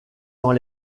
dans